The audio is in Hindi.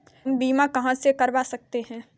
हम बीमा कहां से करवा सकते हैं?